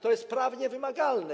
To jest prawnie wymagalne.